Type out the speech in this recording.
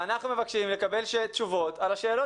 אנחנו מבקשים לקבל תשובות על השאלות